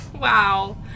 Wow